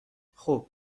خوب